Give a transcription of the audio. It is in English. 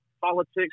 politics